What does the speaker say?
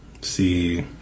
see